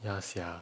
ya sia